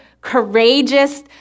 courageous